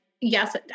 yes